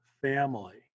family